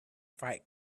fight